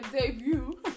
debut